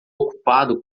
ocupado